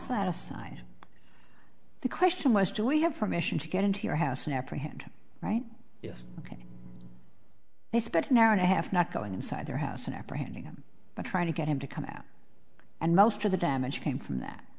set aside the question was do we have permission to get into your house and apprehend right yes ok they spent an hour and a half not going inside their house and apprehending him but trying to get him to come out and most of the damage came from that